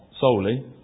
solely